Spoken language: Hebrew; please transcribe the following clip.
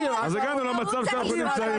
אז הגענו למצב שאנחנו נמצאים בו.